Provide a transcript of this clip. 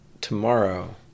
tomorrow